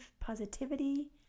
positivity